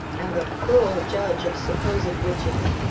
and a cruel judge of supposed witches,